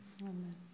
Amen